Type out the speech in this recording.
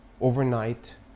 overnight